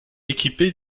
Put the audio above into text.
équipé